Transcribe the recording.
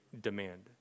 demand